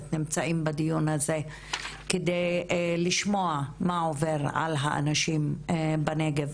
נמצאים בדיון הזה כדי לשמוע מה עובר על האנשים בנגב,